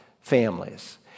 families